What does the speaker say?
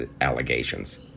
allegations